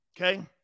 Okay